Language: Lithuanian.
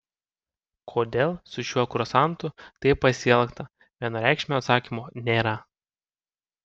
kodėl su šiuo kursantu taip pasielgta vienareikšmio atsakymo nėra